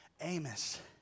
Amos